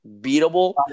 beatable